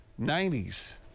90s